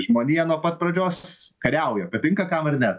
žmonija nuo pat pradžios kariauja patinka kam ar ne